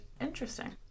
Interesting